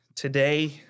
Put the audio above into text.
Today